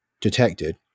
detected